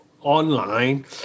online